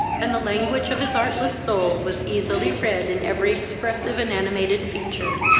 and the language of his artless soul was easily read in every expressive and animated feature.